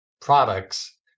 products